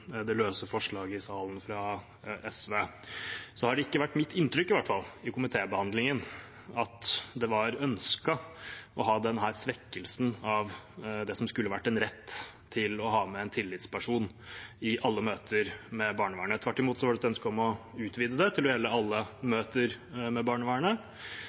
det løse forslaget fra SV, at det i hvert fall ikke har vært mitt inntrykk under komitébehandlingen at det var ønsket å ha denne svekkelsen av det som skulle vært en rett til å ha med en tillitsperson i alle møter med barnevernet. Tvert imot var det et ønske om å utvide det til å gjelde alle møter med barnevernet,